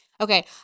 Okay